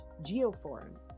GeoForum